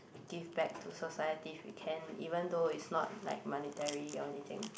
give back to society if you can even though it's not like monetary or anything